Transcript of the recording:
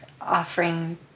offering